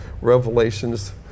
revelations